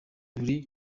buri